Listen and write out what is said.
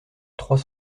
trois